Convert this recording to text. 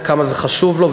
וכמה זה חשוב לו,